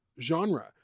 genre